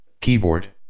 keyboard